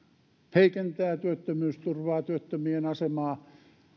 heikentää työttömyysturvaa työttömien asemaa